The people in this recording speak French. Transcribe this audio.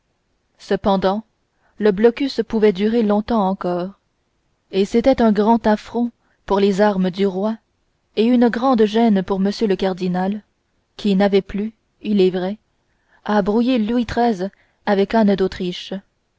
cependant le blocus pouvait durer longtemps encore et c'était un grand affront pour les armes du roi et une grande gêne pour m le cardinal qui n'avait plus il est vrai à brouiller louis xiii avec anne d'autriche